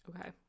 Okay